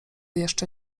jeszcze